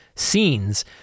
scenes